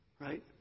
right